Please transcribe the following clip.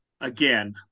again